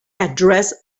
addressed